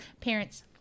parents